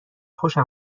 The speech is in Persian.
خوشم